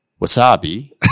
Wasabi